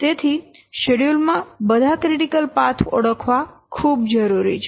તેથી શેડ્યુલ માં બધા ક્રિટીકલ પાથ ઓળખવા ખૂબ જરૂરી છે